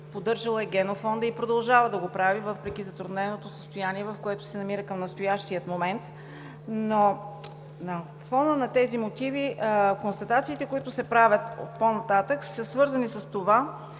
Поддържала е генофонда и продължава да го прави въпреки затрудненото състояние, в което се намира към настоящия момент. На фона на тези мотиви констатациите, които се правят по-нататък са свързани с това,